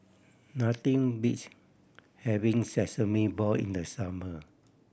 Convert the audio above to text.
nothing beats having Sesame Ball in the summer